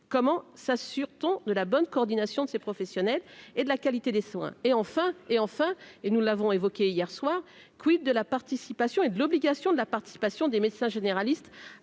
comment s'assure-t-on de la bonne coordination de ces professionnels et de la qualité des soins et, enfin, et enfin, et nous l'avons évoqué hier soir : quid de la participation et de l'obligation de la participation des médecins généralistes à